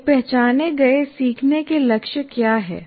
एक पहचाने गए सीखने के लक्ष्य क्या है